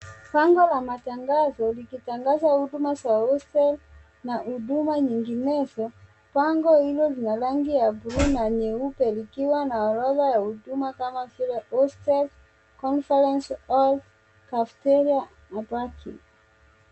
Bango la matangazo likitangaza huduma za Hostel na huduma nyinginezo, bango hilo lina rangi ya bluu na nyeupe likiwa na huduma ya orodha kama vile Hostels, conference, cafeteria apartments .